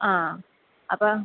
ആ അപ്പം